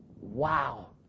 Wow